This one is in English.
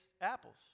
apples